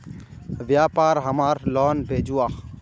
व्यापार हमार लोन भेजुआ?